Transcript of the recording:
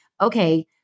Okay